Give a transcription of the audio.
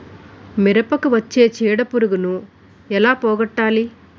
మిరపకు వచ్చే చిడపురుగును ఏల పోగొట్టాలి?